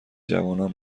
جوانان